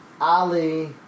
Ali